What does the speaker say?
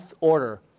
order